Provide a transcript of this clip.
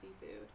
seafood